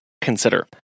consider